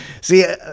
See